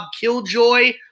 Killjoy